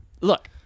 look